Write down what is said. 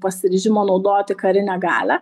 pasiryžimo naudoti karinę galią